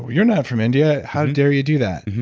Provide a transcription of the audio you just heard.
you're not from india. how dare you do that?